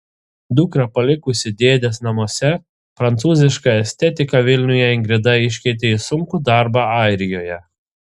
dukrą palikusi dėdės namuose prancūzišką estetiką vilniuje ingrida iškeitė į sunkų darbą airijoje